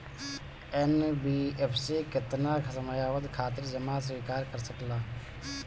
NBFC केतना समयावधि खातिर जमा स्वीकार कर सकला?